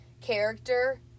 character